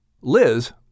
Liz